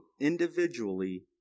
individually